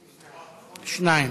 שניים.